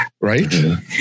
right